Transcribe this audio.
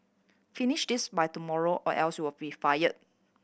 finish this by tomorrow or else you'll be fired